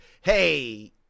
hey